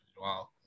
Wow